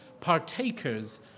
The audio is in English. partakers